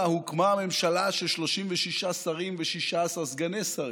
הוקמה ממשלה של 36 שרים ו-16 סגני שרים,